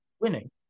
winning